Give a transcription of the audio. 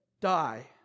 die